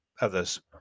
others